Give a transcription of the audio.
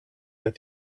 that